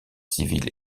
civile